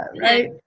right